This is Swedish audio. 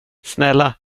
snälla